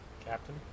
Captain